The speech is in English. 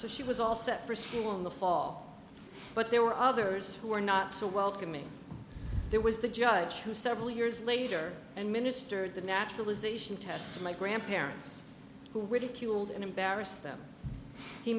so she was all set for school in the fall but there were others who were not so welcoming there was the judge who several years later and ministered the naturalization test of my grandparents who ridiculed and embarrass